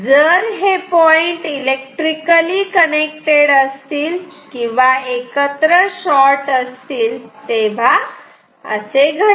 जर हे point electrically connected असतील किंवा एकत्र शॉर्ट असतील तेव्हा असे घडते